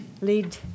lead